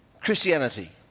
Christianity